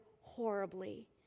horribly